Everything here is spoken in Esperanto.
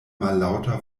mallaŭta